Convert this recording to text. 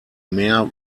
mehr